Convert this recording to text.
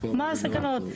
מה הסכנות.